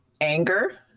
anger